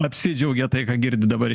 apsidžiaugė tai ką girdi dabar